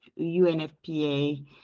unfpa